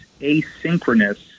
asynchronous